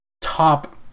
top